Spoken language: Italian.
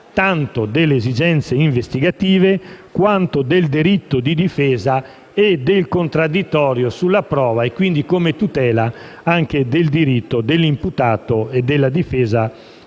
tanto delle esigenze investigative quanto del diritto di difesa e del contraddittorio sulla prova e, quindi, come tutela anche del diritto dell'imputato e della difesa,